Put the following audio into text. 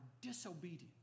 disobedient